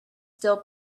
still